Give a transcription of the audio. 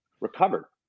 recovered